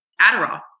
Adderall